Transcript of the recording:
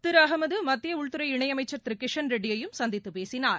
திரு அகமது மத்திய உள்துறை இணை அமைச்சர் திரு கிஷன் ரெட்டி யையும் சந்தித்து பேசினார்